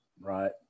right